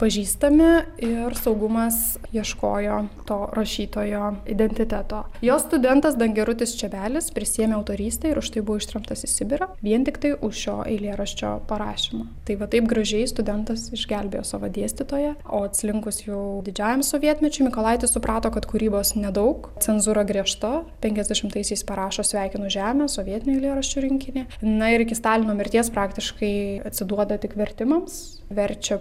pažįstami ir saugumas ieškojo to rašytojo identiteto jo studentas dangerutis čebelis prisiėmė autorystę ir už tai buvo ištremtas į sibirą vien tiktai už šio eilėraščio parašymą tai va taip gražiai studentas išgelbėjo savo dėstytoją o atslinkus jau didžiajam sovietmečiui mykolaitis suprato kad kūrybos nedaug cenzūra griežta penkiasdešimtaisiais parašo sveikinu žemę sovietinių eilėraščių rinkinį na ir iki stalino mirties praktiškai atsiduoda tik vertimams verčia